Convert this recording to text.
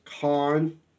Con